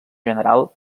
general